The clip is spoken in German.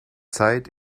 zeit